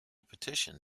petition